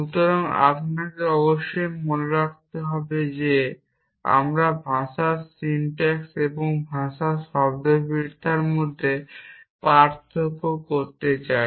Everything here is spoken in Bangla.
সুতরাং আপনাকে অবশ্যই মনে রাখতে হবে যে আমরা ভাষার সিনট্যাক্স এবং ভাষার শব্দার্থবিদ্যার মধ্যে পার্থক্য করতে চাই